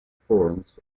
forms